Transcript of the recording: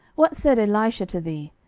what said elisha to thee?